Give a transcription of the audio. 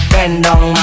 Bendong